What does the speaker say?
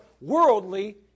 worldly